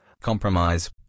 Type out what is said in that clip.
compromise